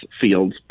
fields